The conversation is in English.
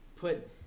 put